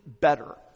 better